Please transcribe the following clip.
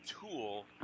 Tool